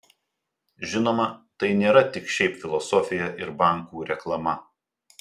žinoma tai nėra tik šiaip filosofija ir bankų reklama